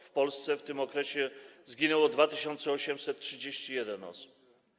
W Polsce w tym okresie zginęło 2831 osób.